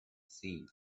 seen